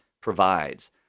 provides